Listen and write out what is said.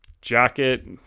jacket